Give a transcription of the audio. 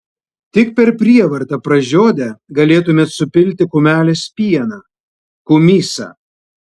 tik per prievartą pražiodę galėtumėt supilti kumelės pieną kumysą